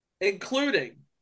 Including